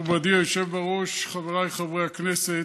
מכובדי היושב בראש, חבריי חברי הכנסת,